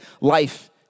life